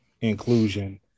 inclusion